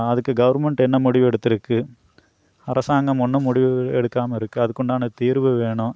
அதுக்கு கவர்மெண்ட் என்ன முடிவு எடுத்துருக்குது அரசாங்கம் ஒன்றும் முடிவு எடுக்காமல் இருக்குது அதுக்கு உண்டான தீர்வு வேணும்